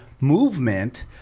movement –